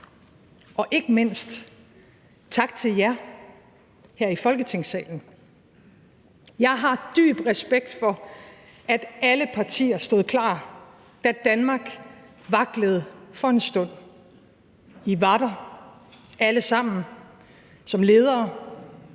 Og ikke mindst tak til jer her i Folketingssalen. Jeg har dyb respekt for, at alle partier stod klar, da Danmark vaklede for en stund. I var der alle sammen som ledere,